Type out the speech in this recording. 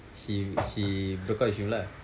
she she broke up with him lah